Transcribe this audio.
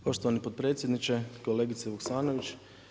Poštovani potpredsjedniče, kolegice Vuksanović.